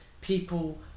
people